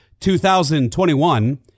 2021